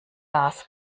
das